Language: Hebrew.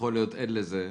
כהן יכול להיות עד לזה,